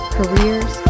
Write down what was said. careers